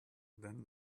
then